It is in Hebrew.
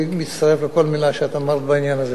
אני מצטרף לכל מלה שאמרת בעניין הזה.